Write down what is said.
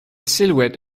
silhouette